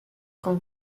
con